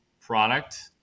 product